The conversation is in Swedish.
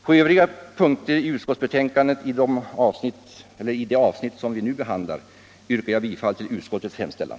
På övriga punkter i det avsnitt av utskottsbetänkandet som vi nu behandlar yrkar jag bifall till utskottets hemställan.